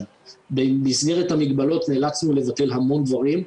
במסגרת המגבלות נאלצנו לבטל המון דברים.